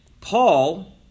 Paul